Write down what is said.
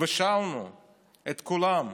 ושאלנו את כולם,